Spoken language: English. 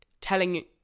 telling